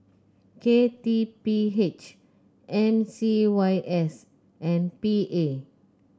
K T P H M C Y S and P A